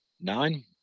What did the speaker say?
nine